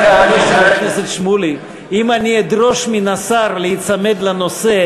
אם אדרוש מהשר להיצמד לנושא,